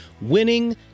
winning